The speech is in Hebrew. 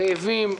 רעבים,